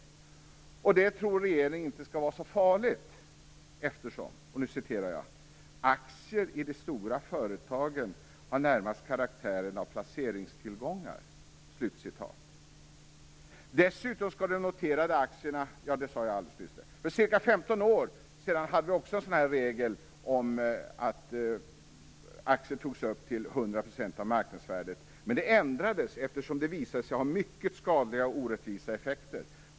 Regeringen tror inte att det skall vara så farligt, eftersom "aktier i de stora företagen har närmast karaktären av placeringstillgångar". För ca 15 år sedan hade vi också en sådan regel om att aktier togs upp till 100 % av marknadsvärdet, men detta ändrades, eftersom det visade sig ha mycket skadliga och orättvisa effekter.